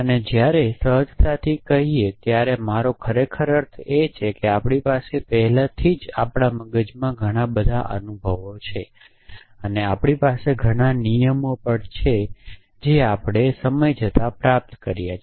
અને જ્યારે સહજતાથી કહીયે ત્યારે મારો ખરેખર અર્થ એ છે કે આપણી પાસે પહેલાથી જ આપણા મગજમાં ઘણા બધા અનુભવો છે અને આપણી પાસે ઘણા નિયમો પણ છે જે આપણે સમય જતાં પ્રાપ્ત કર્યા છે